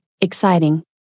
exciting